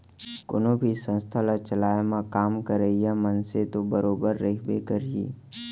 कोनो भी संस्था ल चलाए म काम करइया मनसे तो बरोबर रहिबे करही